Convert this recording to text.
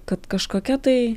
kad kažkokia tai